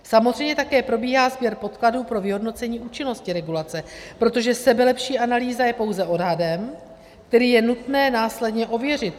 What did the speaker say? Samozřejmě také probíhá sběr podkladů pro vyhodnocení účinnosti regulace, protože sebelepší analýza je pouze odhadem, který je nutné následně ověřit.